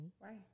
Right